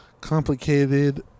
complicated